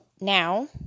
now